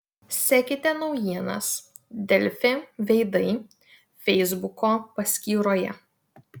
sekite naujienas delfi veidai feisbuko paskyroje